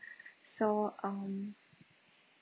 so um